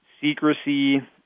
secrecy